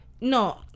no